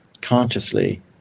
consciously